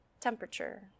temperature